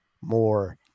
more